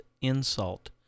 insult